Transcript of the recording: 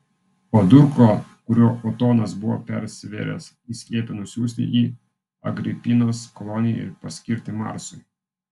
o durklą kuriuo otonas buvo persivėręs jis liepė nusiųsti į agripinos koloniją ir paskirti marsui